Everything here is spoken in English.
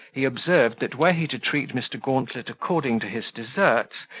he observed, that were he to treat mr. gauntlet according to his deserts,